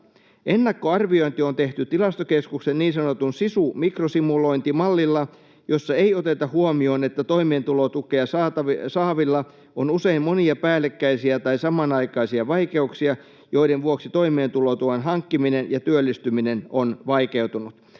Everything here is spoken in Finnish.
Ennakkoarviointi on tehty Tilastokeskuksen niin sanotulla SISU-mikrosimulointimallilla, jossa ei oteta huomioon, että toimeentulotukea saavilla on usein monia päällekkäisiä tai samanaikaisia vaikeuksia, joiden vuoksi toimeentulon hankkiminen ja työllistyminen on vaikeutunut.”